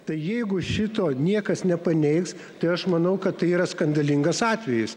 tai jeigu šito niekas nepaneigs tai aš manau kad tai yra skandalingas atvejis